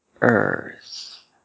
Earth